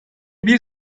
bir